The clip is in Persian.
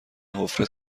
حفره